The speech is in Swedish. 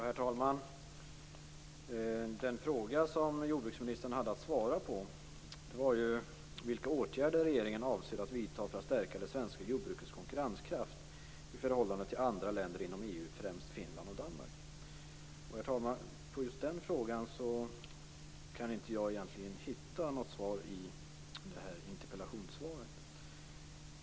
Herr talman! Den fråga som jordbruksministern hade att svara på var vilka åtgärder regeringen avser att vidta för att stärka det svenska jordbrukets konkurrenskraft i förhållande till andra länder inom EU, främst Finland och Danmark. På just den frågan kan jag egentligen inte hitta något svar i interpellationssvaret.